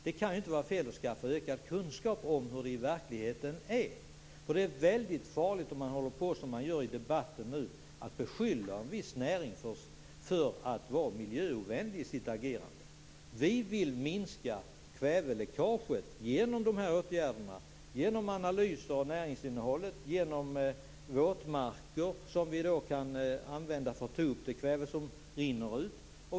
Det kan inte vara fel att skaffa ökad kunskap om hur det är i verkligheten. Det är väldigt farligt att beskylla en viss näring för att vara miljöovänlig i sitt agerande, som man nu gör i debatten. Vi vill minska kväveläckaget genom dessa åtgärder, genom analyser av näringsinnehållet och genom att anlägga våtmarker som vi kan använda för att ta upp det kväve som rinner ut.